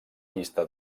llista